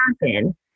happen